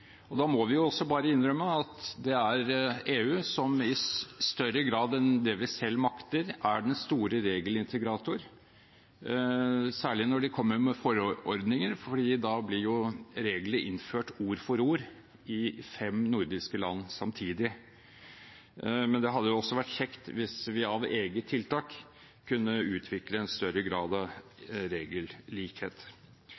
vanskeligere. Da må vi bare innrømme at det er EU som i større grad enn det vi selv makter, er den store regelintegrator, særlig når de kommer med forordninger, for da blir jo reglene innført ord for ord i fem nordiske land samtidig. Men det hadde også vært kjekt hvis vi av eget tiltak kunne utvikle en større grad av